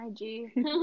IG